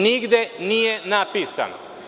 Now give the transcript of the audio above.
Nigde nije napisano.